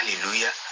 Hallelujah